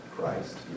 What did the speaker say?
Christ